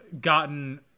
gotten